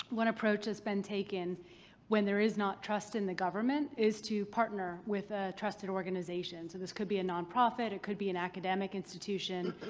approach has been taken when there is not trust in the government is to partner with a trusted organization. so this could be a nonprofit. it could be an academic institution.